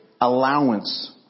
allowance